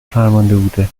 فرمانده